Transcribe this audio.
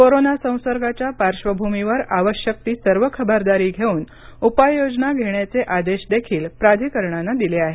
corona संसर्गाच्या पार्श्वभूमीवर आवश्यक ती सर्व खबरदारी घेऊन उपाययोजना घेण्याचे आदेश देखील प्राधिकरणानं दिले आहेत